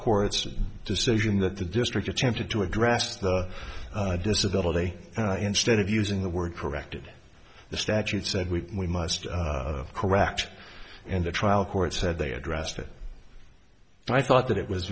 court's decision that the district attempted to address the disability and i instead of using the word corrected the statute said we must correct and the trial court said they addressed it and i thought that it was